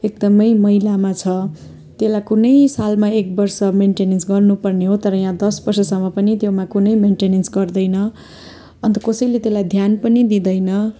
एकदमै मैलामा छ त्यसलाई कुनै सालमा एक वर्ष मेन्टेनेन्स गर्नुपर्ने हो तर यहाँ दस वर्षसम्म पनि त्यसमा कुनै मेन्टेनेन्स गर्दैन अन्त कसैलाई त्यसलाई ध्यान पनि दिँदैन